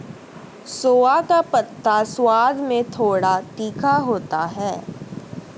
सोआ का पत्ता स्वाद में थोड़ा तीखा होता है